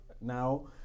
now